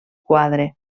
quadre